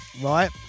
right